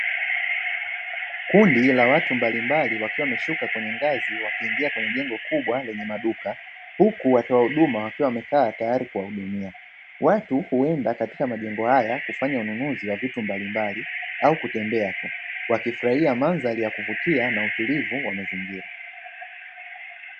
Kundi la watu mablimbali wakiwa wameshuka kwenye ngazi wakiingia kwenye jengo kubwa lenye maduka, huku watoa huduma wakiwa wamekaa tayari kuwahudumia. Watu huenda katika majengo haya kufanya ununuzi wa vitu mbalimbali au kutembea tu wakifurahia mamdhari ya kuvutia na utulivu wa mazingira.